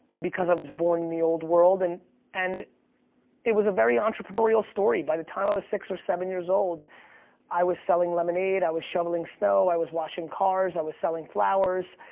because i was born in the old world. and and it was a very entrepreneurial story. by the time i was six or seven years old i was selling lemonade, i was shoveling snow, i was washing cars, i was selling flowers.